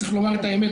צריך לומר את האמת,